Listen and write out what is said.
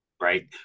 Right